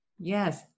Yes